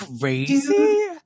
crazy